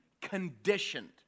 conditioned